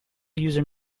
user